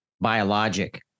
biologic